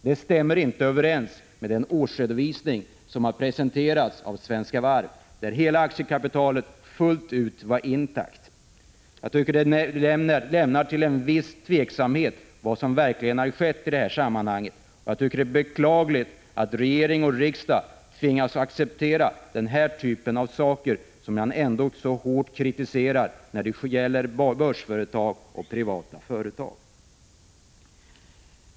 Det stämmer inte överens med den årsredovisning som presenterats av Svenska Varv, där hela aktiekapitalet var intakt. Det innebär ett visst tvivel beträffande vad som verkligen har skett i detta sammanhang, och jag tycker det är beklagligt att riksdagen tvingas acceptera sådana förhållanden, som ändå så hårt kritiseras när det gäller börsföretag och privata företag.